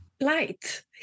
light